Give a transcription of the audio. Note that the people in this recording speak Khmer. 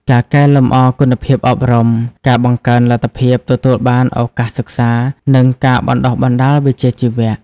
ការកែលម្អគុណភាពអប់រំ ការបង្កើនលទ្ធភាពទទួលបានឱកាសសិក្សា និងការបណ្តុះបណ្តាលវិជ្ជាជីវៈ។